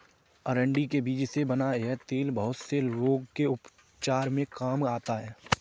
अरंडी के बीज से बना यह तेल बहुत से रोग के उपचार में काम आता है